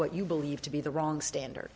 what you believe to be the wrong standard